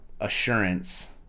assurance